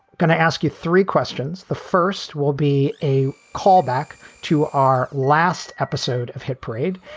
going to ask you three questions. the first will be a callback to our last episode of hit parade.